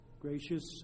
Gracious